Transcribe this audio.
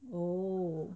oh